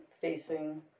facing